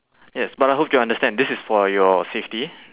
yes but I hope you understand this is for your safety